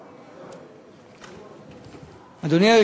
אדוני.